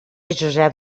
josep